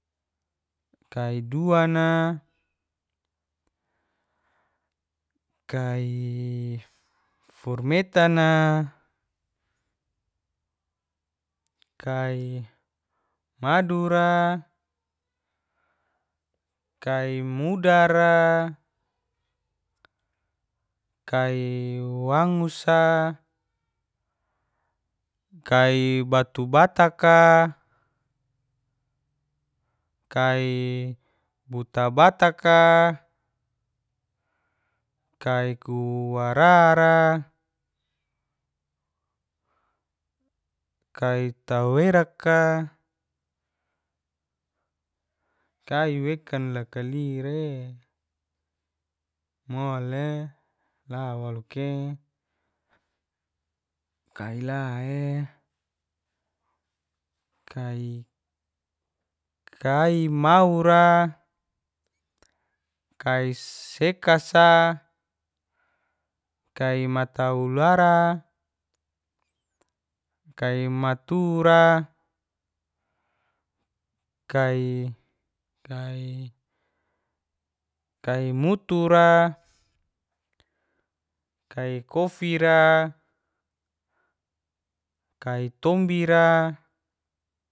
Kai dua'na, kai furmeta'na, kai madura, kai mudara, kai wngusa, kai butabataka, kai kuwarara, kai taweraka. Kai wekan loka lire mole la waluke kai lae. Kai maura, kai sekasa, kai mataulara, kai matura, kai mutura, kai kofira, kai tombira.